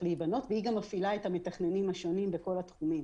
להיבנות והיא גם מפעילה את המתכננים השונים בכל התחומים.